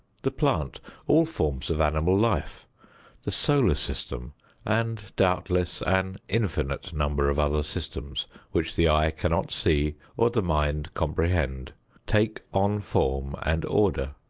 the plant all forms of animal life the solar system and, doubtless, an infinite number of other systems which the eye cannot see or the mind comprehend take on form and order.